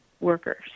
workers